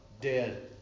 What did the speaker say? dead